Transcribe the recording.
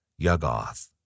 Yugoth